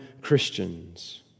Christians